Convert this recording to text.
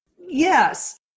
Yes